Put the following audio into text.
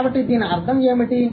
కాబట్టి దీని అర్థం ఏమిటి